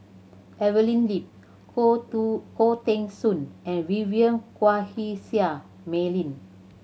Evelyn Lip Khoo To Khoo Teng Soon and Vivien Quahe Seah Mei Lin